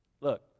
look